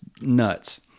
nuts